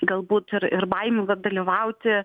galbūt ir ir baimių vat dalyvauti